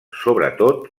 sobretot